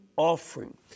offering